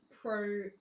pro